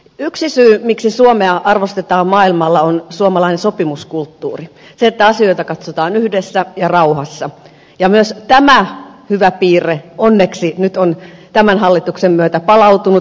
yksi syy sille miksi suomea arvostetaan maailmalla on suomalainen sopimuskulttuuri se että asioita katsotaan yhdessä ja rauhassa ja myös tämä hyvä piirre onneksi nyt on tämän hallituksen myötä palautunut